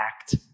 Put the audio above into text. act